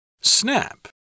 Snap